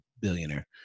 billionaire